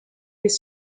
les